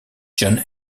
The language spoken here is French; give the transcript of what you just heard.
john